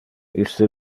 iste